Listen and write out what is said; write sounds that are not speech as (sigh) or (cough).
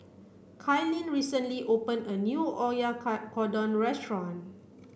Kailyn recently open a new (unintelligible) restaurant